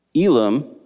Elam